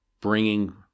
bringing